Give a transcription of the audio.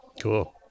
Cool